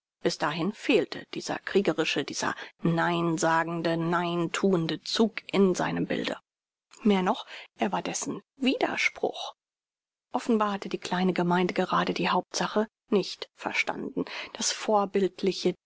bis dahin fehlte dieser kriegerische dieser nein sagende nein thuende zug in seinem bilde mehr noch er war dessen widerspruch offenbar hat die kleine gemeinde gerade die hauptsache nicht verstanden das vorbildliche